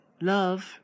Love